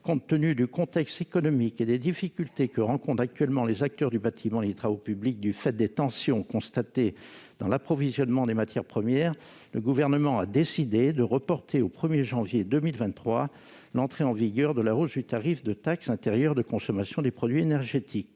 Compte tenu du contexte économique et des difficultés que rencontrent actuellement les acteurs du bâtiment et des travaux publics du fait des tensions constatées dans l'approvisionnement des matières premières, le Gouvernement a décidé de reporter au 1 janvier 2023 l'entrée en vigueur de la hausse du tarif de la taxe intérieure de consommation sur les produits énergétiques